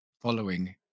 following